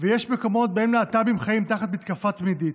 ויש מקומות שבהם להט"בים חיים תחת מתקפה תמידית.